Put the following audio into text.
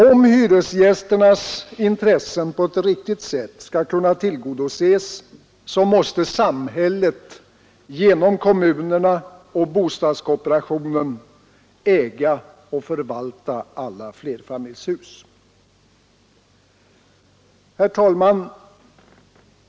Om hyresgästernas intressen på ett riktigt sätt skall kunna tillgodoses måste samhället genom kommunerna och bostadskooperationen äga och förvalta alla flerfamiljshus. Herr talman!